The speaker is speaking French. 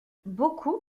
beaucoup